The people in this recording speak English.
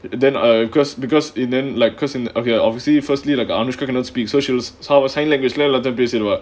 and then uh because because in then like because in okay obviously you firstly like anushka cannot speak so she will sign language leh எல்லாதயும் பேசிருவா:ellaathayum pesiruvaa